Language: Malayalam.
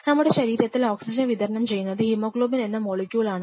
നമ്മുടെ ശരീരത്തിൽ ഓക്സിജൻ വിതരണം ചെയ്യുന്നത് ഹീമോഗ്ലോബിൻ എന്ന മോളിക്യൂൾ ആണ്